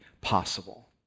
possible